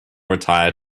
retire